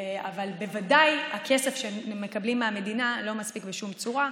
אבל בוודאי הכסף שמקבלים מהמדינה לא מספיק בשום צורה,